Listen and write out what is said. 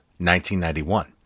1991